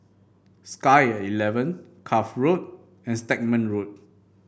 Sky at Eleven Cuff Road and Stagmont Road